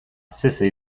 cessé